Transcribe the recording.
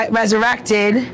resurrected